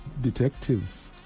detectives